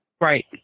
Right